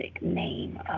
name